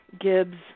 Gibbs